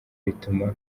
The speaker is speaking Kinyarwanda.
bituma